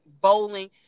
bowling